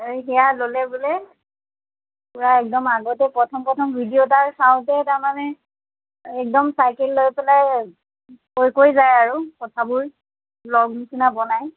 সেইয়া ল'লে বোলে পূৰা একদম আগতে প্ৰথম প্ৰথম ভিডিঅ' তাৰ চাওঁতে তাৰমানে একদম চাইকেল লৈ পেলাই কৈ কৈ যায় আৰু কথাবোৰ ভ্লগ নিচিনা বনাই